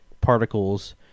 particles